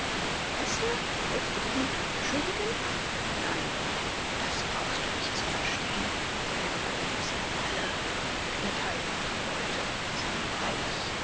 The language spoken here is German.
besser willst du die bluttat beschönigen nein das brauchst du nicht zu verstehen wir begruben sie alle und wir teilten die beute sie war reich